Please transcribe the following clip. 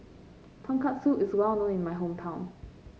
Tonkatsu is well known in my hometown